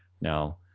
now